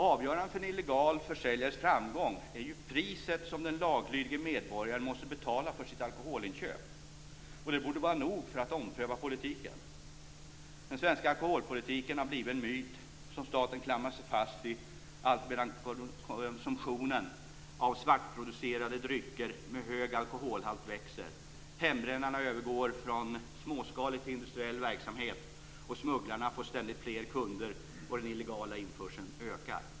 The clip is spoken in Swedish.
Avgörande för en illegal försäljares framgång är priset som den laglydige medborgaren måste betala för sitt alkoholinköp. Det borde vara nog för att ompröva politiken. Den svenska alkoholpolitiken har blivit en myt som staten klamrar sig fast vid allt medan konsumtionen av svartproducerade drycker med hög alkoholhalt växer. Hembrännarna går från småskalig till industriell verksamhet, smugglarna får ständigt fler kunder, och den illegala införseln ökar.